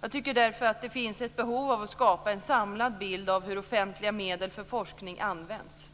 Jag tycker därför att det finns ett behov av att skapa en samlad bild av hur offentliga medel för forskning används.